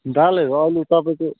दालहरू अहिले तपाईँको